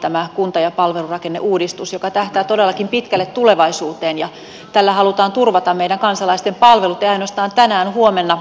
tämä kunta ja palvelurakenneuudistushan on koko kansan hanke joka tähtää todellakin pitkälle tulevaisuuteen ja tällä halutaan turvata meidän kansalaisten palvelut ei ainoastaan tänään ja huomenna